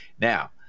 Now